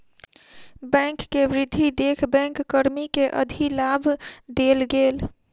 bank के वृद्धि देख बैंक कर्मी के अधिलाभ देल गेल